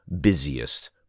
busiest